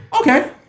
Okay